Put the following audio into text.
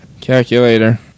Calculator